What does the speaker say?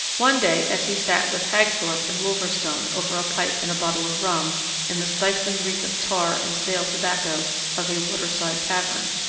one day as he sat with hagthorpe and wolverstone over a pipe and a bottle of rum in the stifling reek of tar and stale tobacco of a waterside tavern,